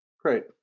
great